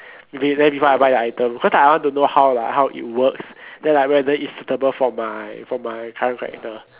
read then before I buy the item cause like I want to know how like how it works then like whether it's suitable for my for my current character